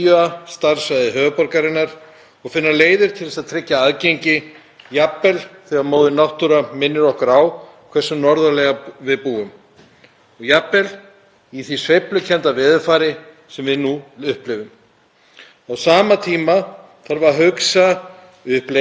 við búum, í því sveiflukennda veðurfari sem við nú upplifum. Á sama tíma þarf að hugsa upp leiðir til að skapa fjarvinnuaðstöðu fyrir starfsfólk þá daga sem móðir náttúra ákveður að loka öllu og hleypa engum